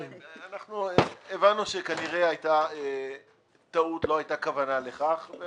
הבנו שכנראה הייתה טעות ולא הייתה כוונה לכך.